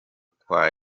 kwa